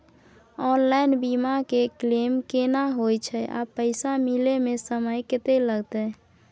Online बीमा के claim केना होय छै आ पैसा मिले म समय केत्ते लगतै?